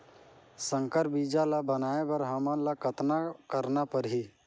संकर बीजा ल बनाय बर हमन ल कतना करना परही?